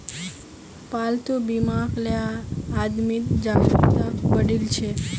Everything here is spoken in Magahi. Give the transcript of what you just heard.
पालतू बीमाक ले आदमीत जागरूकता बढ़ील छ